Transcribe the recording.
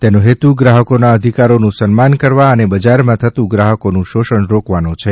તેનો હેતુ ગ્રાહકોમાં અધિકારોનું સન્માન કરવા અને બજારમાં થતું ગ્રાહકોનું શોષણ રોકવાનો છે